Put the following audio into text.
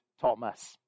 Thomas